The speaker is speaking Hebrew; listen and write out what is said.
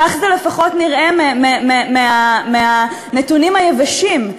כך זה לפחות נראה מהנתונים היבשים,